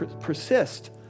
persist